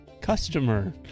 customer